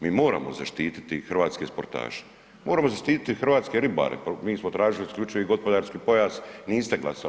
Mi moramo zaštiti hrvatske sportaše, moramo zaštiti hrvatske ribare, mi smo tražili isključivi gospodarski pojas, niste glasali.